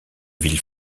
ville